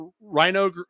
Rhino